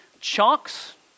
chunks